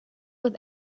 with